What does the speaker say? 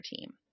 team